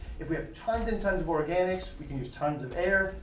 if we have tons and tons of organics, we can use tons of air.